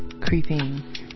Creeping